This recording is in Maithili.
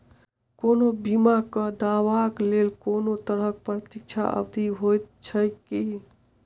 कोनो बीमा केँ दावाक लेल कोनों तरहक प्रतीक्षा अवधि होइत छैक की?